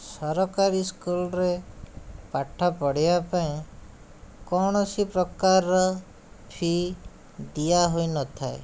ସରକାରୀ ସ୍କୁଲରେ ପାଠ ପଢ଼ିବା ପାଇଁ କୌଣସି ପ୍ରକାରର ଫି ଦିଆ ହୋଇନଥାଏ